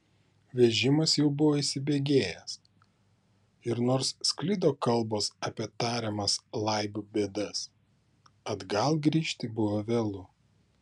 vežimas jau buvo įsibėgėjęs ir nors sklido kalbos apie tariamas laib bėdas atgal grįžti buvo vėlu